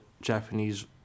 Japanese